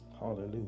Hallelujah